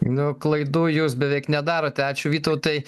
nu klaidų jūs beveik nedarote ačiū vytautai